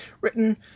written